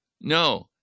No